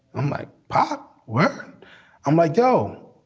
i'm like, pop, where am i go?